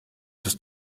des